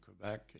Quebec